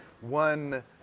one